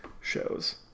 shows